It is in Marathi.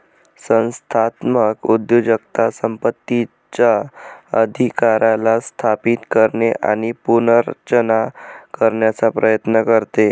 संस्थात्मक उद्योजकता संपत्तीचा अधिकाराला स्थापित करणे आणि पुनर्रचना करण्याचा प्रयत्न करते